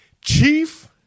Chief